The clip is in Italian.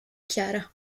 chiara